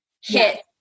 hit